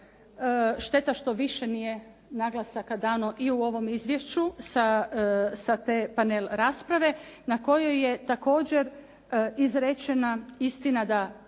Šteta što više nije naglasaka dano i u ovom izvješću sa te panel rasprave na kojoj je također izrečena istina da